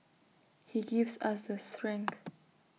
he gives us the strength